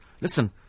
listen